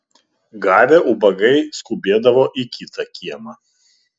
gavę ubagai skubėdavo į kitą kiemą